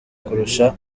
kurusha